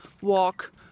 walk